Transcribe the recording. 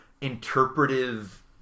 interpretive